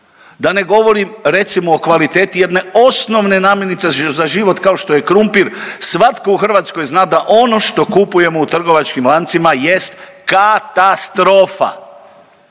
Da ne govorim recimo o kvaliteti jedne osnovne namirnice za život kao što je krumpir, svatko u Hrvatskoj zna da ono što kupujemo u trgovačkim lancima jest katastrofa,